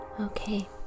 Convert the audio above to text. okay